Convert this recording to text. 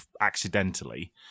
accidentally